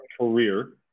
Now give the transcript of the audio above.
career